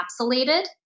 encapsulated